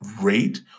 rate